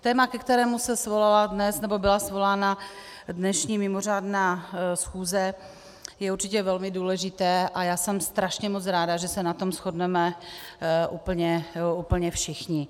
Téma, ke kterému se svolala dnes, nebo byla svolána dnešní mimořádná schůze, je určitě velmi důležité a já jsem strašně moc ráda, že se na tom shodneme úplně všichni.